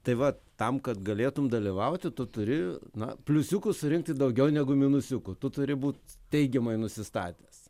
tai va tam kad galėtum dalyvauti tu turi na pliusiukų surinkti daugiau negu minusiukų tu turi būt teigiamai nusistatęs